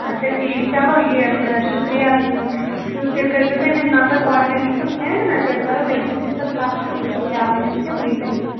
اچھا ٹھیٖک چَلو یہِ شُکریہ تہٕ تیٚلہِ کٔرۍزیو تُہۍ مےٚ نَمبَر کاڈنیٹر سُنٛد سٮ۪نٛڈ نا تیٚلہِ کَرو تٔمۍ سٕے سۭتۍ پَتہٕ کَتھ تہٕ وٕچھو کیٛاہ وَنَن تِم وٕںۍکٮ۪ن گوٚو